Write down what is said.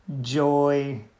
joy